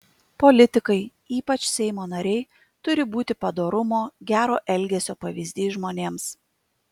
politikai ypač seimo nariai turi būti padorumo gero elgesio pavyzdys žmonėms